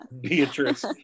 Beatrice